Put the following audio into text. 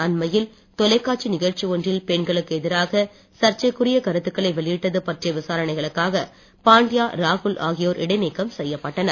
அண்மையில் தொலைக்காட்சி நிகழ்ச்சி ஒன்றில் பெண்களுக்கு எதிராக சர்ச்சைக்குரிய கருத்துக்களை வெளியிட்டது பற்றிய விசாரணைகளுக்காக பாண்ட்யா ராகுல் ஆகியோர் இடைநீக்கம் செய்யப்பட்டனர்